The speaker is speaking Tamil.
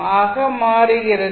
ஆக மாறுகிறது